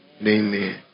Amen